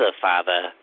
father